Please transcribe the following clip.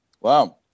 Wow